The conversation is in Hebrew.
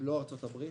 לא ארצות הברית,